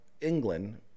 England